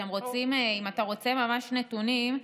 אם אתה רוצה ממש נתונים,